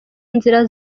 nzira